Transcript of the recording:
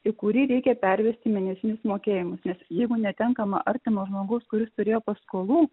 į kurį reikia pervesti mėnesinius mokėjimus jeigu netenkama artimo žmogaus kuris turėjo paskolų